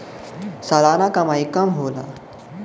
सलाना कमाई कम होला